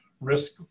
Risk